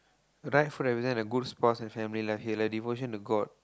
right foot every time I go sports and family like devotion to god